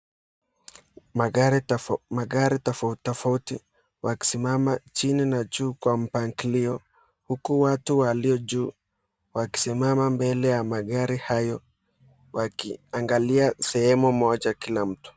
Magari tofauti tofauti wakisimama juu na chini kwa pangilio huku watu walio juu wakisimama mbele ya magari hayo wakianaglia sehemu moja kila mtu.